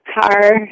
car